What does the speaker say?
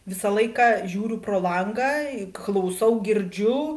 visą laiką žiūriu pro langą klausau girdžiu